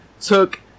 took